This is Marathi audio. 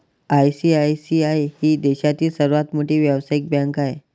आई.सी.आई.सी.आई ही देशातील सर्वात मोठी व्यावसायिक बँक आहे